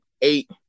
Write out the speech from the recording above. eight